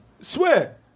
Swear